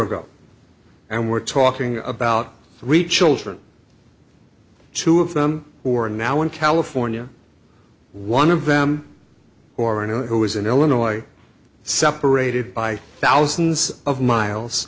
ago and we're talking about three children two of them who are now in california one of them or i know who is in illinois separated by thousands of miles